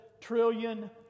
trillion